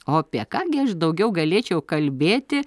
o apie ką gi aš daugiau galėčiau kalbėti